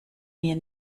mir